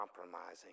compromising